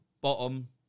bottom